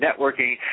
networking